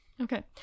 Okay